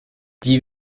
die